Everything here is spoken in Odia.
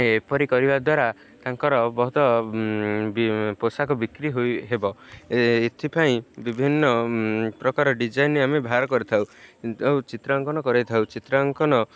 ଏପରି କରିବା ଦ୍ୱାରା ତାଙ୍କର ବହୁତ ପୋଷାକ ବିକ୍ରି ହୋଇ ହେବ ଏଥିପାଇଁ ବିଭିନ୍ନ ପ୍ରକାର ଡିଜାଇନ ଆମେ ବାହାର କରିଥାଉ ଆଉ ଚିତ୍ରାଙ୍କନ କରେଇଥାଉ ଚିତ୍ରାଙ୍କନ